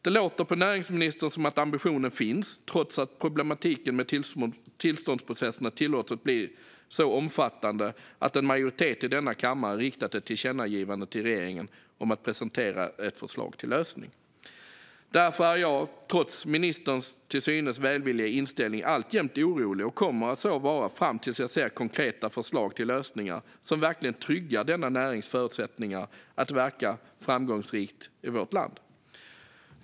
Det låter på näringsministern som att ambitionen finns trots att problematiken med tillståndsprocesserna tillåtits att bli så omfattande att en majoritet i denna kammare riktat ett tillkännagivande till regeringen om att man ska presentera ett förslag till lösning. Därför är jag, trots ministerns till synes välvilliga inställning, alltjämt orolig och kommer så att vara fram tills jag ser konkreta förslag till lösningar som verkligen tryggar denna närings förutsättningar att verka framgångsrikt i vårt land.